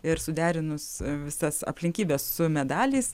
ir suderinus visas aplinkybes su medaliais